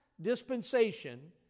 dispensation